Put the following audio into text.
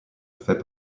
fait